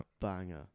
Banger